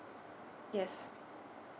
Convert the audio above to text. yes